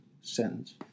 sentence